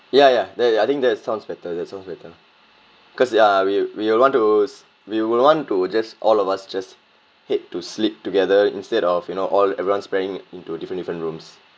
ya ya that I think that sounds better that sounds better cause ya we we will want to we will want to just all of us just head to sleep together instead of you know all everyone spreading into different different rooms